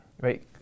right